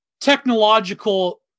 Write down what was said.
technological